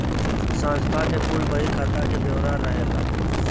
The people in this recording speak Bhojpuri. संस्था के कुल बही खाता के ब्योरा रहेला